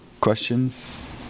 questions